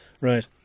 Right